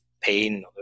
pain